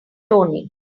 toning